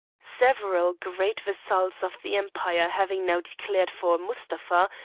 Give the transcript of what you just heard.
several great vassals of the empire having now declared for mustapha,